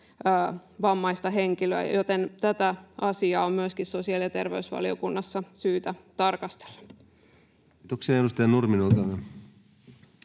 vammaista henkilöä, joten tätä asiaa on myöskin sosiaali- ja terveysvaliokunnassa syytä tarkastella. [Speech 35] Speaker: